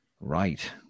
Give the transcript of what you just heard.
Right